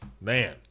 Man